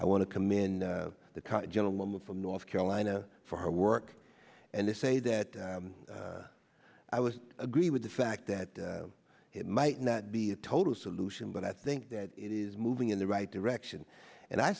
i want to come in the gentleman from north carolina for work and they say that i was agree with the fact that it might not be a total solution but i think that it is moving in the right direction and i